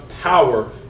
power